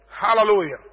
Hallelujah